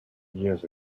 years